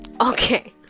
okay